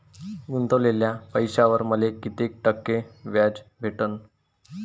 गुतवलेल्या पैशावर मले कितीक टक्के व्याज भेटन?